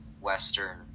Western